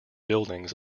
buildings